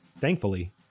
thankfully